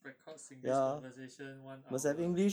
record singlish conversation one hour